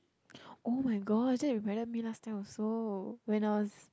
[oh]-my-gosh that reminded me last time also when I was